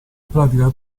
pratica